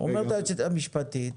אומרת היועצת המשפטית,